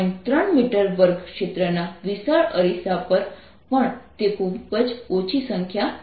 3 metre વર્ગ ક્ષેત્રના વિશાળ અરીસા પર પણ તે ખૂબ જ ઓછી સંખ્યા છે